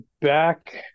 back